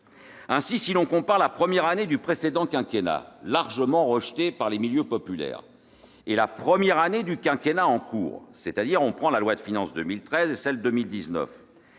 Ainsi, si l'on compare la première année du précédent quinquennat, largement rejeté par les milieux populaires, et la première année du quinquennat en cours, c'est-à-dire les lois de finances initiales pour 2013